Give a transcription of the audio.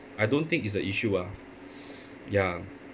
I don't think it's a issue ah ya